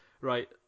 right